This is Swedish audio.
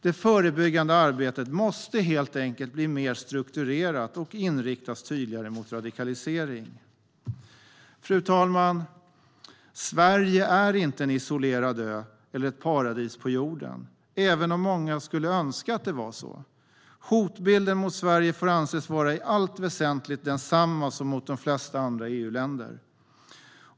Det förebyggande arbetet måste helt enkelt bli mer strukturerat och inriktas tydligare mot radikalisering. Fru talman! Sverige är inte en isolerad ö eller ett paradis på jorden, även om många skulle önska att det var så. Hotbilden mot Sverige får anses vara i allt väsentligt densamma som mot de flesta andra EU-länder.